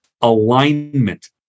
alignment